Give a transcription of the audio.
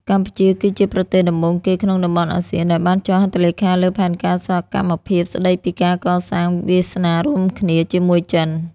កម្ពុជាគឺជាប្រទេសដំបូងគេក្នុងតំបន់អាស៊ានដែលបានចុះហត្ថលេខាលើផែនការសកម្មភាពស្ដីពីការកសាង "វាសនារួមគ្នា" ជាមួយចិន។